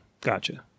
Gotcha